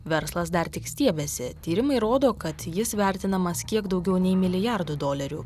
verslas dar tik stiebiasi tyrimai rodo kad jis vertinamas kiek daugiau nei milijardu dolerių